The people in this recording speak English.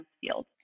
field